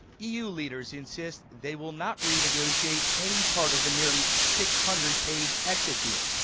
u. leaders insist they will not renegotiate any part of the nearly six hundred page exit deal.